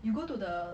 you go to the